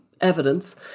evidence